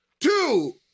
two